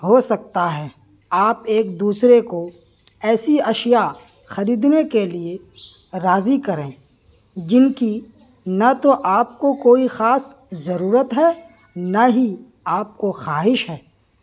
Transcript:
ہو سکتا ہے آپ ایک دوسرے کو ایسی اشیاء خریدنے کے لیے راضی کریں جن کی نہ تو آپ کو کوئی خاص ضرورت ہے نہ ہی آپ کو خواہش ہے